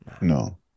No